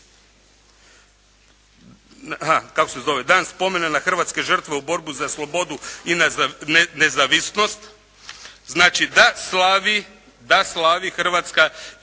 Dan spomena na hrvatske žrtve u borbi za slobodu i nezavisnost. Znači da slavi, da slavi